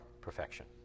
perfection